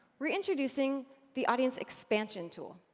we're introducing the audience expansion tool.